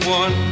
one